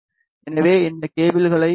எனவே இந்த கேபிள்களை எஸ்